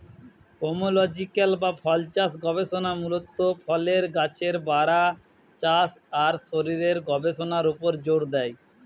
pomological বা ফলচাষ গবেষণা মূলত ফলের গাছের বাড়া, চাষ আর শরীরের গবেষণার উপর জোর দেয়